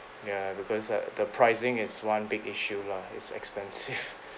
ya because uh the pricing is one big issue lah is expensive